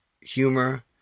humor